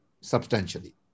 substantially